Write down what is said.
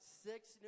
six